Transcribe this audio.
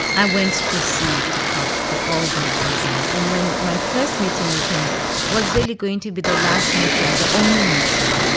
i went to see de kock for all those reasons and my first meeting with him was really going to be the last meeting, the only meeting.